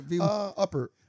Upper